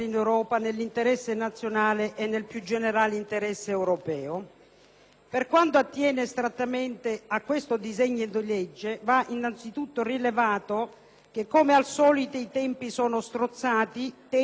Per quanto attiene strettamente a questo disegno di legge, va innanzitutto rilevato che, come al solito, i tempi sono strozzati, tempi che impediscono a questo Parlamento di produrre un lavoro proficuo.